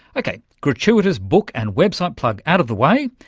okay, gratuitous book and website plug out of the way,